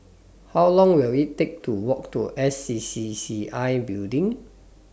How Long Will IT Take to Walk to S C C C I Building